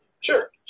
Sure